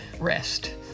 rest